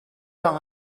par